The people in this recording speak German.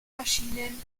maschinen